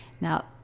Now